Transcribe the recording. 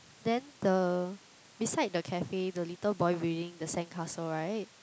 then the beside the cafe the little boy building the sandcastle right